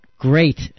Great